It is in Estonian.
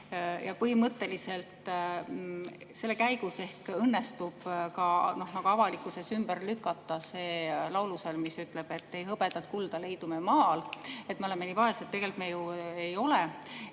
hakatakse. Selle käigus ehk õnnestub ka avalikkuses ümber lükata see laulusalm, mis ütleb, et ei hõbedat-kulda leidu me maal – me oleme nii vaesed. Tegelikult me ju ei ole.